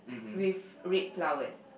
with red flowers